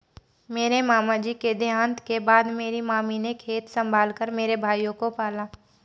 मेरे मामा जी के देहांत के बाद मेरी मामी ने खेत संभाल कर मेरे भाइयों को पाला